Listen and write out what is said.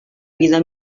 vida